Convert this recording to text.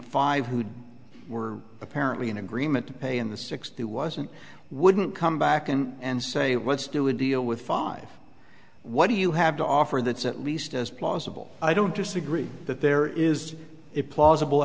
five who were apparently in agreement to pay in the sixty wasn't wouldn't come back and say let's do a deal with five what do you have to offer that's at least as plausible i don't disagree that there is a plausible